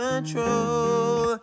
Control